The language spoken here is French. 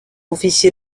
officier